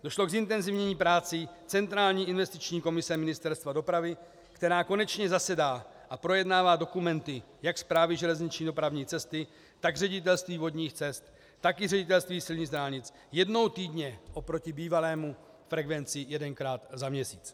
Došlo k zintenzivnění prací centrální investiční komise Ministerstva dopravy, která konečně zasedá a projednává dokumenty jak Správy železniční dopravní cesty, tak Ředitelství vodních cest, tak i Ředitelství silnic a dálnic jednou týdně oproti bývalému jednání jedenkrát za měsíc.